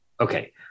okay